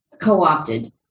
co-opted